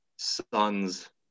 Sons